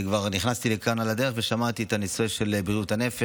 וכבר נכנסתי לכאן על הדרך ושמעתי את הנושא של בריאות הנפש,